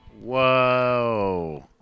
Whoa